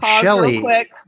Shelly